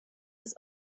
des